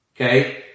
Okay